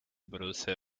produce